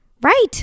right